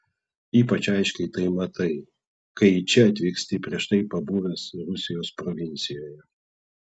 ypač aiškiai tai matai kai į čia atvyksti prieš tai pabuvęs rusijos provincijoje